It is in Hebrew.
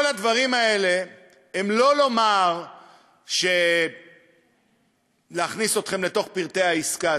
כל הדברים האלה הם לא כדי להכניס אתכם לתוך פרטי העסקה,